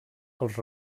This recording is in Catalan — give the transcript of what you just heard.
els